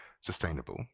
sustainable